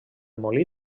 molí